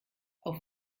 auf